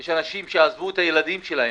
יש אנשים שעזבו את הילדים שלהם,